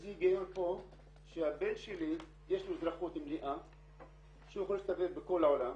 איזה הגיון פה שלבן שלי יש אזרחות מלאה הוא יכול להסתובב בכל העולם,